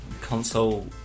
console